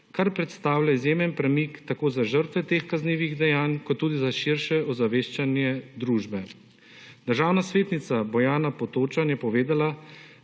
kar predstavlja izjemen premik tako za žrtve teh kaznivih dejanj kot tudi za širše ozaveščanje družbe. Državna svetnica Bojana Potočan je povedala,